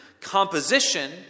composition